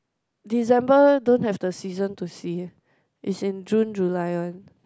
December don't have the season to see is in June July one